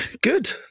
good